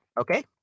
Okay